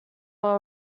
were